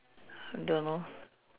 don't know